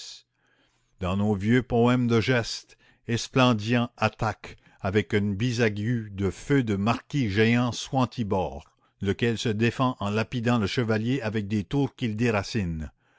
dans nos vieux poèmes de gestes esplandian attaque avec une bisaiguë de feu le marquis géant swantibore lequel se défend en lapidant le chevalier avec des tours qu'il déracine